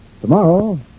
tomorrow